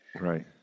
Right